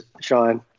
Sean